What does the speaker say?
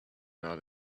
not